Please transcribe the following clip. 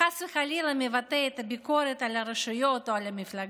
או חס וחלילה מבטא את הביקורת על הרשויות או על המפלגה,